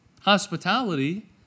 Hospitality